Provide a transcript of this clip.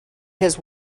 his